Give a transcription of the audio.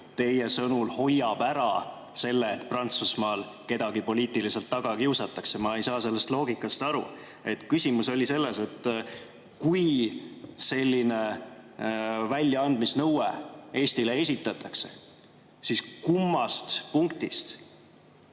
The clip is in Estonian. teie sõnul hoiab ära selle, et Prantsusmaal kedagi poliitiliselt taga kiusatakse? Ma ei saa sellest loogikast aru. Küsimus oli selles, et kui selline väljaandmisnõue Eestile esitatakse, siis kummast punktist